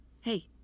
Hey